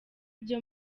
byo